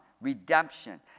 redemption